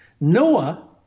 Noah